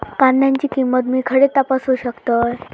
कांद्याची किंमत मी खडे तपासू शकतय?